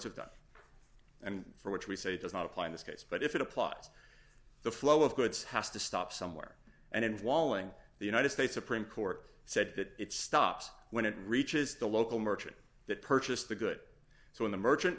have done and for which we say does not apply in this case but if it applies the flow of goods has to stop somewhere and walling the united states supreme court said that it stops when it reaches the local merchant that purchased the good so when the merchant